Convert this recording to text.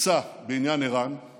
עצה בעניין איראן,